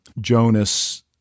Jonas